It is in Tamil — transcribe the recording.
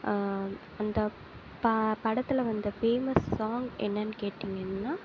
அந்த படத்தில் வந்த ஃபேமஸ் சாங் என்னன்னு கேட்டிங்கன்னா